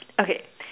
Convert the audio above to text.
okay